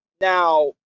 Now